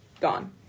gone